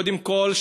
קודם כול,